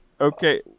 Okay